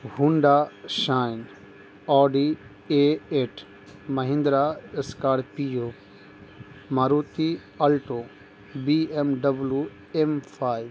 Honda Shine Audi A eight Mahindra Scorpio Maruti Alto B M W M five